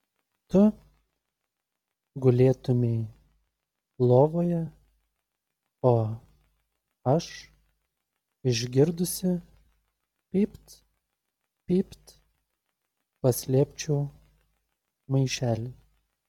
tu gulėtumei lovoje o aš išgirdusi pypt pypt paslėpčiau maišelį